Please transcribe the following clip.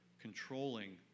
controlling